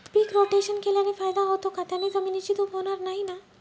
पीक rotation केल्याने फायदा होतो का? त्याने जमिनीची धूप होणार नाही ना?